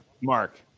Mark